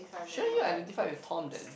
shouldn't you identify with Tom then